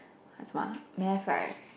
and 什么 ah math right